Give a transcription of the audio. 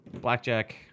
blackjack